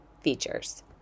features